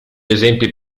esempi